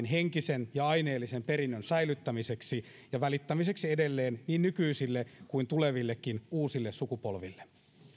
henkisen ja aineellisen perinnön säilyttämiseksi ja välittämiseksi edelleen niin nykyisille kuin tulevillekin uusille sukupolville